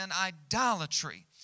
idolatry